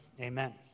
Amen